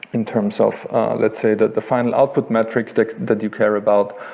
in terms of let's say, that the final output metric that that you care about,